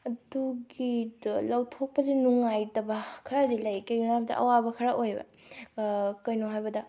ꯑꯗꯨꯒꯤꯗꯣ ꯂꯧꯊꯣꯛꯄꯁꯤ ꯅꯨꯡꯉꯥꯏꯇꯕ ꯈꯔꯗꯤ ꯂꯩ ꯀꯩꯅꯣ ꯍꯥꯏꯕꯗ ꯑꯋꯥꯕ ꯈꯔ ꯑꯣꯏꯑꯕ ꯀꯩꯅꯣ ꯍꯥꯏꯕꯗ